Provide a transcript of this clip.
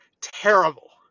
terrible